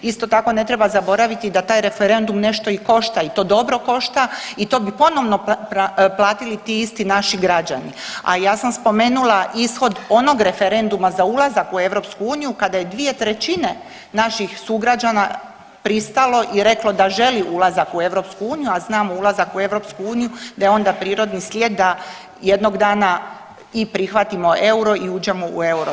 Isto tako ne treba zaboraviti da taj referendum nešto i košta i to dobro košta i to bi ponovno platili ti isti naši građani, a ja sam spomenula ishod onog referenduma za ulazak u EU kada je 2/3 naših sugrađana pristalo i reklo da želi ulazak u EU, a znamo ulazak u EU da je onda prirodni slijed da jednog dana i prihvatimo euro i uđemo u eurozonu.